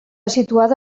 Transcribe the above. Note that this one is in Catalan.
situada